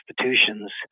institutions